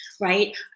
right